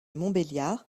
montbéliard